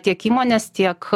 tiek įmonės tiek